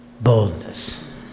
boldness